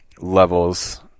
levels